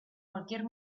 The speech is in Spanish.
cualquier